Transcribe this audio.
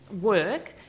work